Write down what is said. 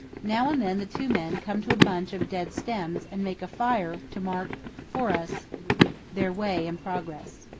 now and then the two men come to a bunch of dead stems and make a fire to mark for us their way and progress.